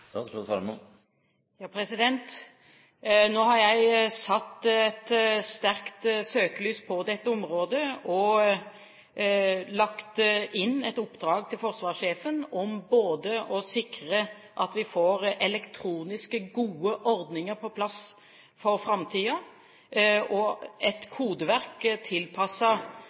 Nå har jeg satt et sterkt søkelys på dette området og lagt inn et oppdrag til forsvarssjefen om å sikre at vi får både gode elektroniske ordninger på plass for framtiden og et kodeverk